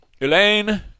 elaine